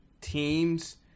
teams